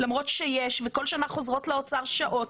למרות שיש וכל שנה חוזרות לאוצר שעות,